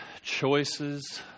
choices